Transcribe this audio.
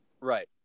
Right